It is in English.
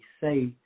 say